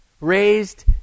raised